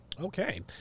Okay